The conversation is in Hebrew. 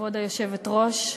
כבוד היושבת-ראש,